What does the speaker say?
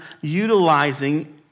utilizing